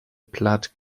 plath